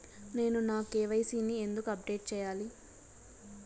నేను నా కె.వై.సి ని ఎందుకు అప్డేట్ చెయ్యాలి?